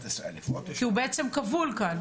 כאן הוא בעצם כבול.